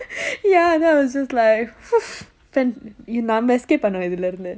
ya then I was just like நாம:naama escape பண்ணனும் இதுலேர்ந்து:pannanum ithulernthu